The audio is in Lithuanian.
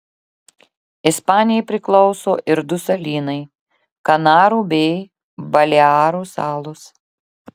ispanijai priklauso ir du salynai kanarų bei balearų salos